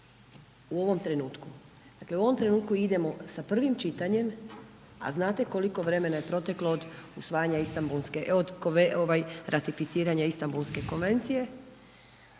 u ovom trenutku. Dakle, u ovom trenutku idemo sa prvim čitanjem, a znate koliko je vremena proteklo od usvajanja Istambulske, od